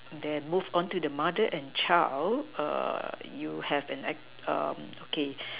then move on to the mother and child you have an act okay